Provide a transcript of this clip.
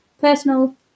personal